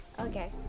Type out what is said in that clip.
Okay